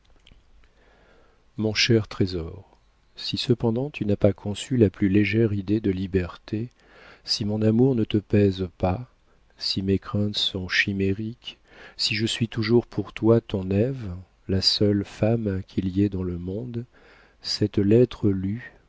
mon cher trésor si cependant tu n'as pas conçu la plus légère idée de liberté si mon amour ne te pèse pas si mes craintes sont chimériques si je suis toujours pour toi ton ève la seule femme qu'il y ait dans le monde cette lettre